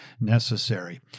necessary